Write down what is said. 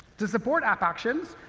to support app actions,